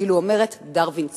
כאילו אומרת: דרווין צדק.